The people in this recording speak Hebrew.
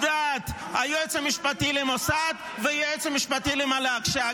יחקור, המוסד ימנה משטרה, המוסד ימנה חוקרים.